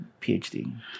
PhD